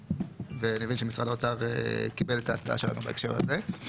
אני מבין שמשרד האוצר קיבל את ההצעה שלנו בהקשר הזה.